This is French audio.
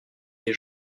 des